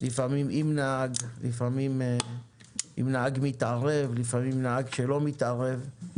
לפעמים עם נהג מתערב ולפעמים עם נהג שלא מתערב.